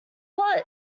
pot